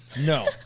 no